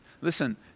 Listen